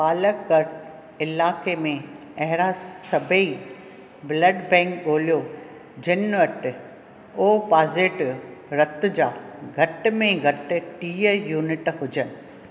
पालककड़ इलाइके में अहिड़ा सभई ब्लड बैंक ॻोल्हियो जिन वटि ओ पॉज़िटिव रत जा घटि में घटि टीह यूनिट हुजनि